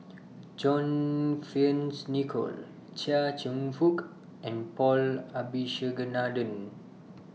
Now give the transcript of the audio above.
John Fearns Nicoll Chia Cheong Fook and Paul Abisheganaden